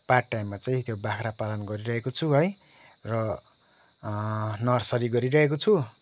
part टाइममा चाहिँ त्यो बाख्रा पालन गरिरहेको छु है र नर्सरी गरिरहेको छु